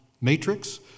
matrix